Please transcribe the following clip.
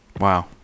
Wow